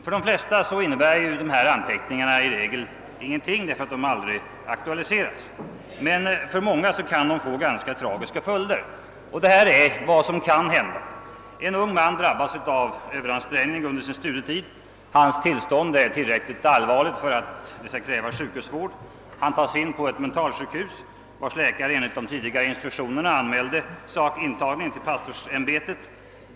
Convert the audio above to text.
För de flesta människor innebär dessa anteckningar ingenting, eftersom de aldrig aktualiseras. Men för många kan de få ganska tragiska följder. Detta är vad som kan hända. En ung man drabbas av Ööveransträngning under sin studietid. Hans tillstånd är tillräckligt allvarligt för att det skall krävas sjukhusvård. Han tas in på ett mentalsjukhus, vars läkare enligt de tidigare instruktionerna anmälde intagningen till pastorsämbetet.